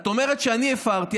את אומרת שאני הפרתי,